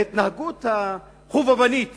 וההתנהגות החובבנית